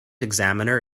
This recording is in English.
examiner